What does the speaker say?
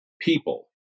people